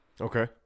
Okay